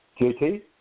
JT